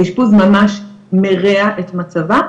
האשפוז ממש מרע את מצבה,